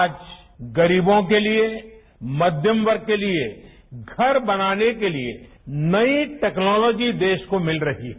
आज गरीबों के लिए मध्यम वर्ग के लिए घर बनाने के लिए नई टेक्नोलॉजी देश को मिल रही है